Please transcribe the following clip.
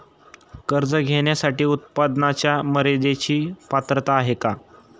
कर्ज घेण्यासाठी उत्पन्नाच्या मर्यदेची पात्रता आहे का?